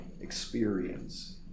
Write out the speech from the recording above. experience